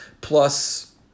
Plus